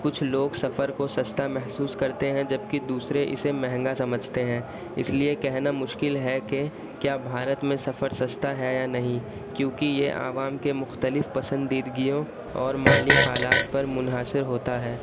کچھ لوگ سفر کو سستا محسوس کرتے ہیں جبکہ دوسرے اسے مہنگا سمجھتے ہیں اس لیے کہنا مشکل ہے کہ کیا بھارت میں سفر سستا ہے یا نہیں کیوںکہ یہ عوام کے مختلف پسندیدگیوں اور مالی حالات پر منحصر ہوتا ہے